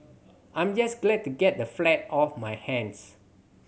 I'm just glad to get the flat off my hands